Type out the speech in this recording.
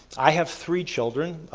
i have three children,